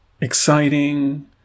exciting